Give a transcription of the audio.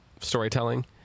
storytelling